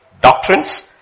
doctrines